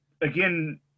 again